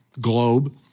globe